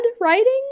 writing